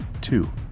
Two